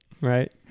right